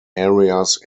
areas